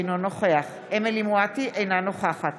אינו נוכח אמילי חיה מואטי, אינה נוכחת